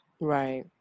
Right